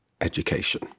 education